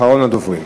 אחרון הדוברים.